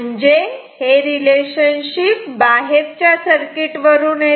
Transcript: म्हणजे हे रिलेशनशिप बाहेरच्या सर्किट वरून येते